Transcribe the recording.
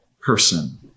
person